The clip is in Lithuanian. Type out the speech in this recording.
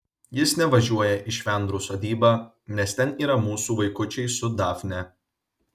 jis nevažiuoja į švendrų sodybą nes ten yra mūsų vaikučiai su dafne